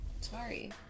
Sorry